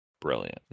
Brilliant